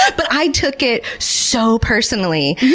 but i took it so personally.